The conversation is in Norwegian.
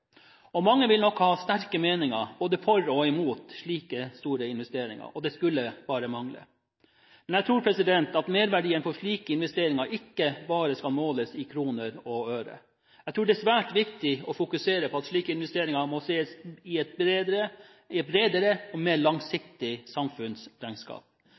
vil nok være mange sterke meninger – både for og imot slike store investeringer. Det skulle bare mangle. Men jeg tror merverdien av slike investeringer ikke bare skal måles i kroner og øre. Jeg tror det er svært viktig å fokusere på at slike investeringer må ses i et bredere og mer langsiktig samfunnsregnskap. Jeg er overbevist om at for nasjonen Norge og